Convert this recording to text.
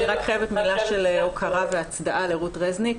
אני רק חייבת מילה של הוקרה והצדעה לרות רזניק,